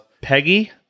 Peggy